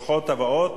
ברוכות הבאות,